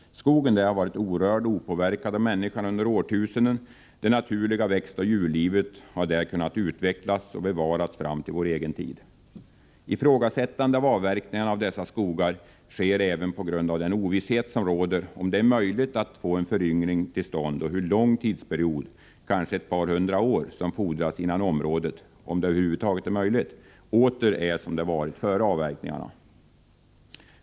Skogen har där varit orörd och opåverkad av människan under årtusenden. Det naturliga växtoch djurlivet har där kunnat utvecklas och bevaras fram till vår egen tid. Ifrågasättandet av avverkningarna av dessa skogar beror även på den ovisshet som råder om huruvida det är möjligt att få en föryngring till stånd och hur lång tid — kanske ett par hundra år — som fordras innan området åter, om det över huvud taget är möjligt, blir som det var före avverkningarna.